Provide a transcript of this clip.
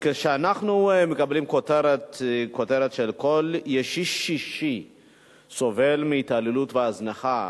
כשאנחנו מקבלים כותרת שאומרת שכל ישיש שישי סובל מהתעללות והזנחה,